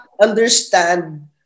understand